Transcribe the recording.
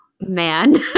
man